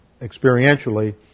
experientially